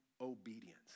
obedience